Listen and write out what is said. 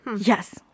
Yes